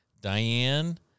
Diane